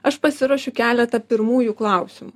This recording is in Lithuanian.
aš pasiruošiu keletą pirmųjų klausimų